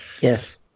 yes